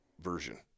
version